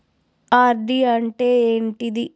RD అంటే ఏంటిది?